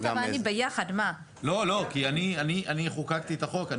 לא לא, כי אני חוקקתי את החוק.